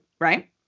right